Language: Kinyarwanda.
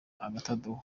agatadowa